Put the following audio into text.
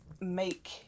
make